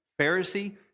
Pharisee